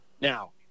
Now